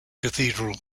cathedral